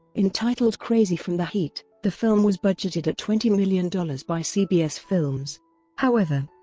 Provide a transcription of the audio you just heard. entitled crazy from the heat, the film was budgeted at twenty million dollars by cbs films however,